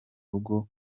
rugo